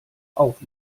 auf